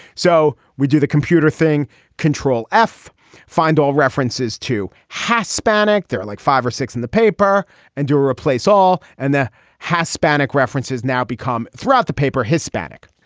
so we do the computer thing control f find all references to hispanic. there are like five or six in the paper and do replace all. and the hispanic references now become throughout the paper hispanic.